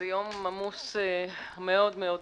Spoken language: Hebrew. זה יום עמוס מאוד בכנסת.